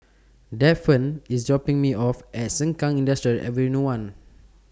Daphne IS dropping Me off At Sengkang Industrial Ave one